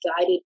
guided